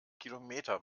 kilometer